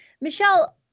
Michelle